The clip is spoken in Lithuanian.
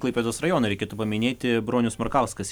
klaipėdos rajoną reikėtų paminėti bronius markauskas